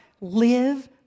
Live